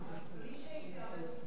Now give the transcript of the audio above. אבל בלי שהיא תאבד את הקצבה?